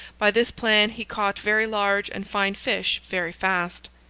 by this plan he caught very large and fine fish very fast.